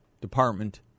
Department